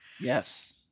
Yes